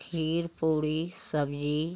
खीर पूड़ी सब्ज़ी